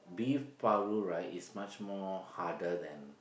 beef paru right is much more harder than